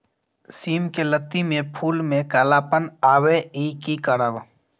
सिम के लत्ती में फुल में कालापन आवे इ कि करब?